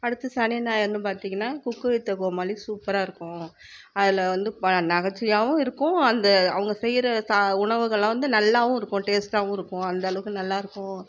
அடுத்து சனி ஞாயிறுன்னு பார்த்திங்கனா குக் வித் கோமாளி சூப்பராக இருக்கும் அதில் வந்து நகைச்சுவையாகவும் இருக்கும் அந்த அவங்கள் செய்கிற உணவுகள்லாம் வந்து நல்லாகவும் இருக்கும் டேஸ்ட்டாகவும் இருக்கும் அந்த அளவுக்கு நல்லாயிருக்கும்